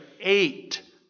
eight